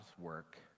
work